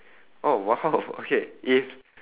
oh !wow! okay if